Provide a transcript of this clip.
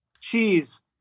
cheese